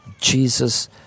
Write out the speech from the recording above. Jesus